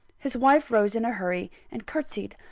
his wife rose in a hurry, and curtseyed,